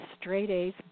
straight-A's